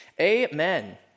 amen